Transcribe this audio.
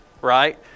right